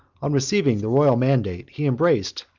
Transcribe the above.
on receiving the royal mandate, he embraced,